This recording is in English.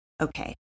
Okay